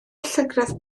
llygredd